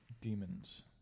Demons